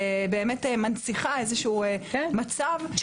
באמת מנציחה איזשהו מצב -- כן,